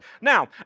Now